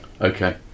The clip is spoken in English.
Okay